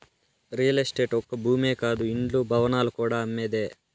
real estate ఒక్క భూమే కాదు ఇండ్లు, భవనాలు కూడా అమ్మేదే